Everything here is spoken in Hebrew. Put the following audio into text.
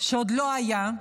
שעוד לא היה,